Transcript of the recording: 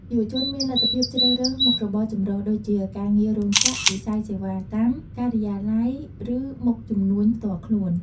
យុវជនមានលទ្ធភាពជ្រើសរើសមុខរបរចម្រុះ ដូចជាការងាររោងចក្រ វិស័យសេវាកម្ម ការិយាល័យ ឬមុខជំនួញផ្ទាល់ខ្លួន។